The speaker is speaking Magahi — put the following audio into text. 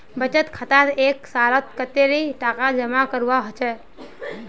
बचत खातात एक सालोत कतेरी टका जमा करवा होचए?